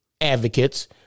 advocates